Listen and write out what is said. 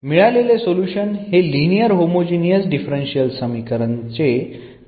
मिळालेले सोल्युशन हे linear homogeneous differential समीकरण से जनरल सोल्युशन आहे